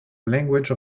languages